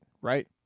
right